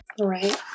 Right